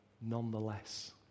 nonetheless